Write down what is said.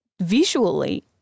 visually